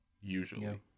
usually